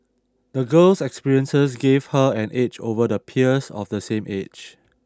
the girl's experiences give her an edge over the peers of the same age